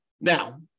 Now